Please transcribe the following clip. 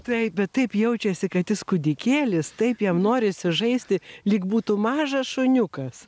taip bet taip jaučiasi kad jis kūdikėlis taip jam norisi žaisti lyg būtų mažas šuniukas